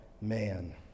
man